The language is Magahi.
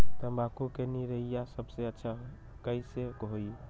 तम्बाकू के निरैया सबसे अच्छा कई से होई?